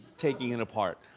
taking it apart.